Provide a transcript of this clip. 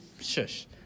Shush